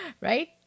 right